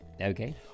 Okay